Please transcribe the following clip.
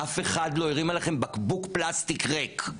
אף אחד לא הרים עליכם בקבוק פלסטיק ריק.